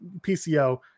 PCO